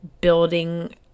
building